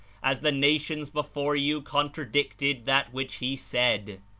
as the nations before you contradicted that which he said.